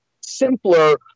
simpler